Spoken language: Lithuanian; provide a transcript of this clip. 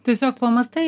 tiesiog pamąstai